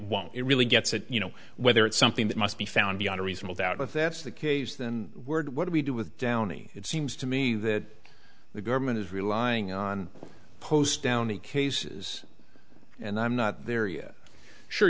won't it really gets at you know whether it's something that must be found beyond a reasonable doubt if that's the case then word what do we do with downey it seems to me that the government is relying on post down the cases and i'm not there yet